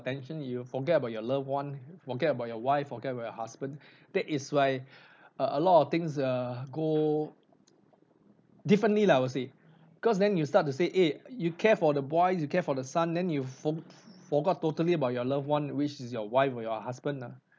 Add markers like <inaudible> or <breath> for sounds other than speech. attention you'll forget about your loved one forget about your wife forget about your husband <breath> that is why <breath> uh a lot of things uh go differently lah I would say cause then you start to say eh you care for the boys you care for the son then you for~ forgot totally about your loved one which is your wife or your husband nah